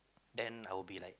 then I'll be like